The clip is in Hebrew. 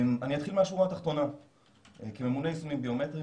אני אתחיל מהשרה התחתונה כממונה ליישומים ביומטריים,